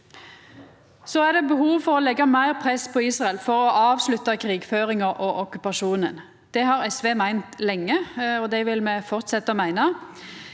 Det er behov for å leggja meir press på Israel for å avslutta krigføringa og okkupasjonen. Det har SV meint lenge, og det vil me fortsetja å meina.